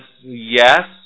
yes